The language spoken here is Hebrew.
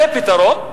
זה פתרון?